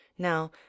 Now